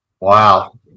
Wow